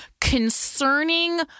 concerning